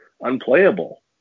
unplayable